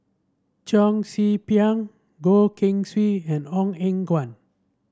Cheong Si Pieng Goh Keng Swee and Ong Eng Guan